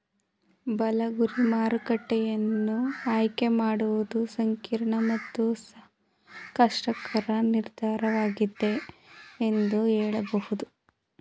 ಬಲ ಗುರಿ ಮಾರುಕಟ್ಟೆಯನ್ನ ಆಯ್ಕೆ ಮಾಡುವುದು ಸಂಕೀರ್ಣ ಮತ್ತು ಕಷ್ಟಕರ ನಿರ್ಧಾರವಾಗಿದೆ ಎಂದು ಹೇಳಬಹುದು